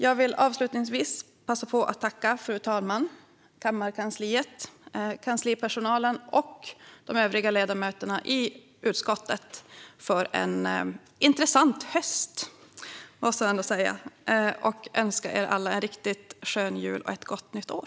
Jag vill avslutningsvis passa på att tacka fru talmannen, kammarkansliet, kanslipersonalen och de övriga ledamöterna i utskottet för en intressant - måste jag ändå säga - höst. Jag önskar er alla en riktigt skön jul och ett gott nytt år!